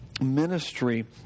ministry